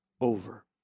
over